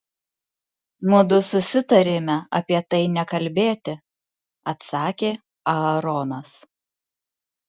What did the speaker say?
mudu susitarėme apie tai nekalbėti atsakė aaronas